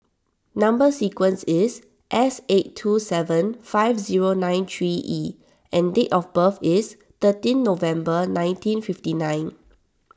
Number Sequence is S eight two seven five zero nine three E and date of birth is thirteenth November nineteen fifty nine